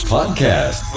Podcast